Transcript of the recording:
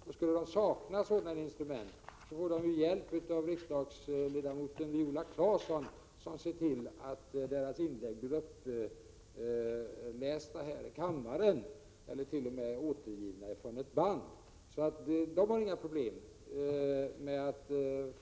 Om de skulle sakna sådana instrument får de hjälp av riksdagsledamoten Viola Claesson, som ser till att deras inlägg blir upplästa här i kammaren eller t.o.m. återgivna från ett band. De har alltså inga problem med att